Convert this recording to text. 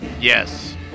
Yes